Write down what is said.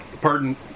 pardon